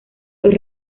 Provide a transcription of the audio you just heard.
los